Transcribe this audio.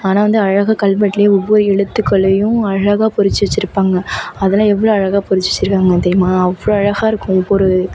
ஆனால் வந்து அழகாக கல்வெட்டிலையே ஒவ்வொரு எழுத்துக்கள்லேயும் அழகாக பொறித்து வச்சிருப்பாங்க அதெல்லாம் எவ்வளோ அழகாக பொறித்து வச்சிருக்காங்க தெரியுமா அவ்வளோ அழகாக இருக்கும் ஒவ்வொரு